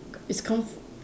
is comf~